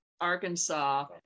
arkansas